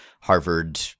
Harvard